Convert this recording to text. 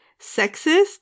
sexist